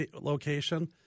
location